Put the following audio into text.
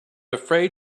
afraid